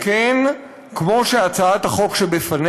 וכן, כמו שמוצע בהצעת החוק שלפנינו,